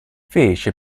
fece